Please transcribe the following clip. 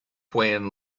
when